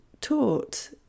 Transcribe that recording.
taught